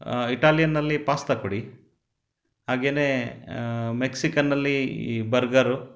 ಇಟಾಲಿಯನ್ನಲ್ಲಿ pasta ಕೊಡಿ ಹಾಗೇನೆ ಮೆಕ್ಸಿಕನ್ನಲ್ಲಿ ಈ ಬರ್ಗರು